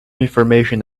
information